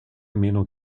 meno